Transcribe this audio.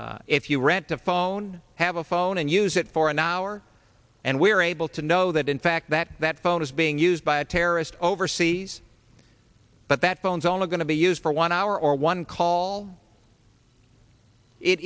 if you rent a phone have a phone and use it for an hour and we're able to know that in fact that that phone is being used by a terrorist overseas but that phones only going to be used for one hour or one call it